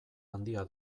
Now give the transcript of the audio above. handia